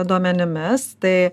duomenimis tai